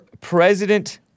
president